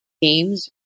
games